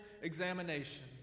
examination